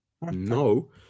No